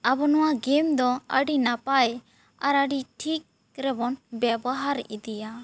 ᱟᱵᱚ ᱱᱚᱣᱟ ᱜᱮᱢ ᱫᱚ ᱟᱹᱰᱤ ᱱᱟᱯᱟᱭ ᱟᱨ ᱟᱹᱰᱤ ᱴᱷᱤᱠ ᱨᱮᱵᱚᱱ ᱵᱮᱵᱚᱦᱟᱨ ᱤᱫᱤᱭᱟ